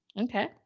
Okay